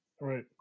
Right